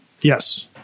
Yes